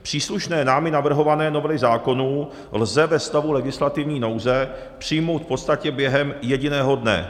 Příslušné námi navrhované novely zákonů lze ve stavu legislativní nouze přijmout v podstatě během jediného dne.